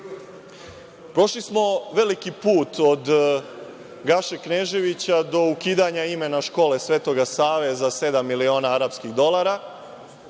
smo veliki put od Gaše Kneževića do ukidanja imena škole „Svetog Save“ za sedam miliona arapskih dolara,